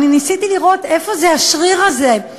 אני ניסיתי לראות איפה השריר הזה,